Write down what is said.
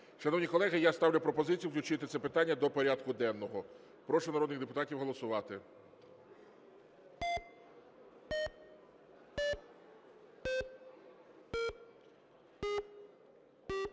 Шановні колеги, я ставлю пропозицію включити це питання до порядку денного. Прошу народних депутатів голосувати.